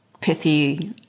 pithy